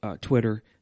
Twitter